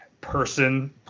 person